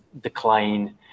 decline